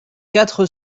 quatre